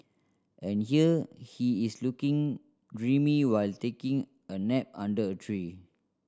and here he is looking dreamy while taking a nap under a tree